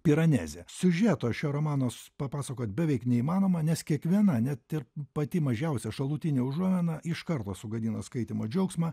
piranezė siužeto šio romano papasakoti beveik neįmanoma nes kiekviena net ir pati mažiausia šalutinė užuomina iš karto sugadina skaitymo džiaugsmą